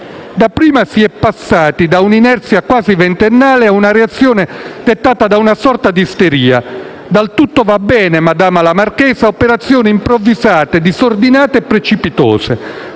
Dapprima si è passati da un'inerzia quasi ventennale ad una reazione dettata da una sorta di isteria; dal «tutto va bene, madama la marchesa» a operazioni improvvisate, disordinate e precipitose,